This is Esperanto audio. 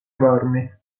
varme